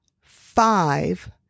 Five